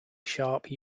sharpe